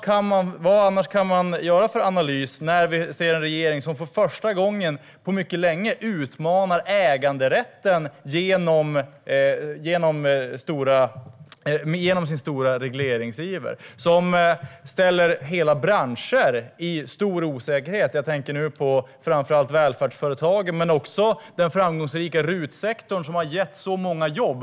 Vilken annan analys kan vi göra när vi ser en regering som för första gången utmanar äganderätten genom sin stora regleringsiver? Det skapar stor osäkerhet inom hela branscher. Jag tänker framför allt på välfärdsföretagen men också på den framgångsrika RUT-sektorn, som har gett så många jobb.